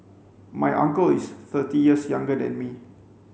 my uncle is thirty years younger than me